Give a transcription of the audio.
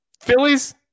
Phillies